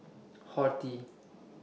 Horti